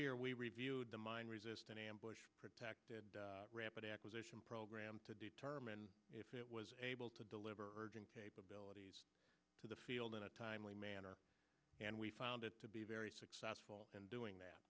year we reviewed the mine resistant ambush protected rapid acquisition program to determine if it was able to deliver abilities to the field in a timely manner and we found it to be very successful in doing that